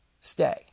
stay